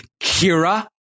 kira